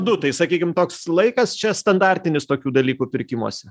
du tai sakykim tai toks laikas čia standartinis tokių dalykų pirkimuose